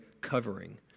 covering